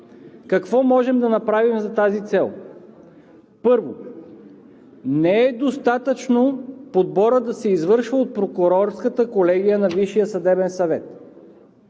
Какво можем да направим за тази цел? Първо, не е достатъчно подборът да се извършва от прокурорската колегия на Висшия съдебен съвет.